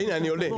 הינה, אני עונה.